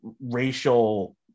racial